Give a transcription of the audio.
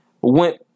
went